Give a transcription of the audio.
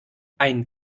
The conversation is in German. ein